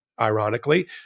ironically